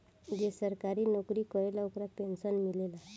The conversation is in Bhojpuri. जे सरकारी नौकरी करेला ओकरा पेंशन मिलेला